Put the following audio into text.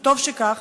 וטוב שכך,